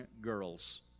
girls